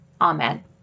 Amen